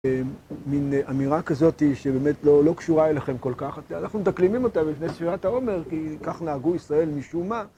מין אמירה כזאת שבאמת לא קשורה אליכם כל כך, אנחנו מדקלמים אותה לפני סביבת העומר, כי כך נהגו ישראל משום מה